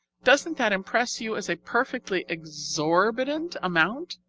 doesn't that impress you as a perfectly exorbitant amount?